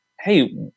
hey